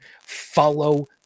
follow